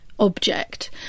object